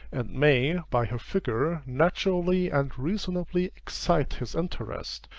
and may, by her figure, naturally and reasonably excite his interest,